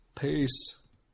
Peace